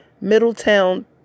Middletown